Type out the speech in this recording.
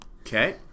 Okay